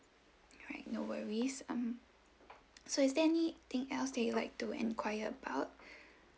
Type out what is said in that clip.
alright no worries um so is there anything else you would like to enquire about